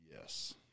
Yes